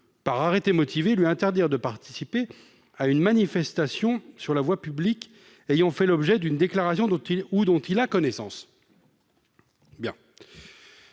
par arrêté motivé, lui interdire de participer à une manifestation sur la voie publique ayant fait l'objet d'une déclaration ou dont il a connaissance. »